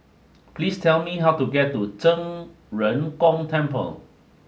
please tell me how to get to Zhen Ren Gong Temple